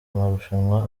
marushanwa